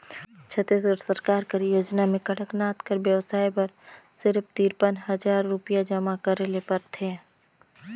छत्तीसगढ़ सरकार कर योजना में कड़कनाथ कर बेवसाय बर सिरिफ तिरपन हजार रुपिया जमा करे ले परथे